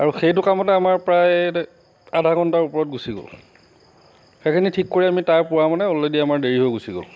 আৰু সেইটো কামতে আমাৰ প্ৰায় আধা ঘণ্টা ওপৰত গুচি গ'ল সেইখিনি ঠিক কৰি আমি তাৰ পোৱা মানে অলৰেডি আমাৰ দেৰি হৈ গুচি গ'ল